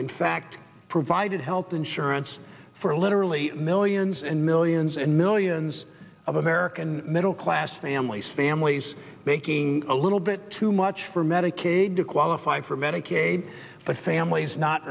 in fact provided health insurance for literally millions and millions and millions of american middle class families families making a little bit too much for medicaid to qualify for medicaid but families not